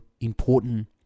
important